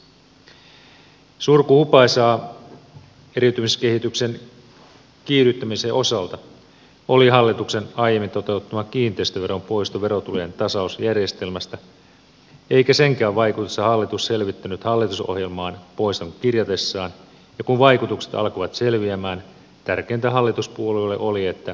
surkuhupaisaa eriytymiskehityksen kiihdyttämisen osalta oli hallituksen aiemmin toteuttama kiinteistöveron poisto verotulojen tasausjärjestelmästä eikä senkään vaikutusta hallitus selvittänyt hallitusohjelmaan poiston kirjatessaan ja kun vaikutukset alkoivat selvitä tärkeintä hallituspuolueille oli että kasvukeskukset pärjäävät